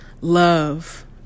love